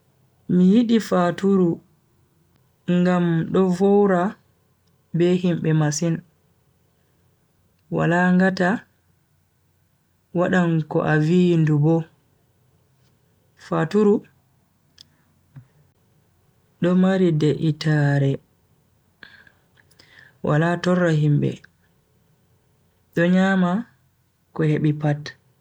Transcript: Mi yidi faturu ngam do vowra be himbe masin, wala ngata wadan ko a vi ndu bo. Faturu do mari de'itaare wala torra himbe do nyama ko hebi pat.